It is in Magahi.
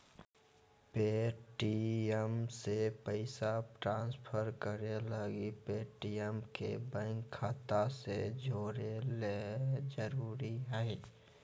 पे.टी.एम से पैसा ट्रांसफर करे लगी पेटीएम के बैंक खाता से जोड़े ल जरूरी हय